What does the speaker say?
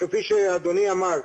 כפי שאדוני אמר,